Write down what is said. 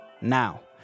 now